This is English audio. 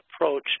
approach